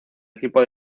equipo